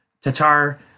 Tatar